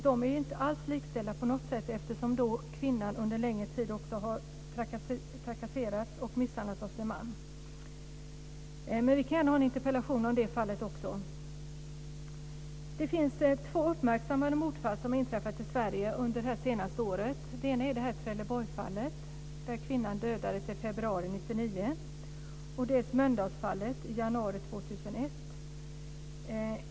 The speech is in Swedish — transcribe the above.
De är inte alls likställda på något sätt eftersom kvinnan under längre tid också har trakasserats och misshandlats av sin man. Men vi kan gärna ha en interpellation om det fallet också. Det finns två uppmärksammade mordfall som har inträffat i Sverige under de senaste åren. Det ena är Det andra är Mölndalsfallet i januari 2001.